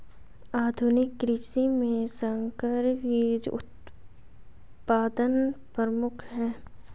आधुनिक कृषि में संकर बीज उत्पादन प्रमुख है